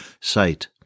sight